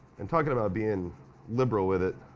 and talking about being in liberal with it